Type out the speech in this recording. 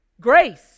Grace